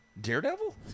Daredevil